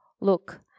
Look